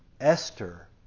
Esther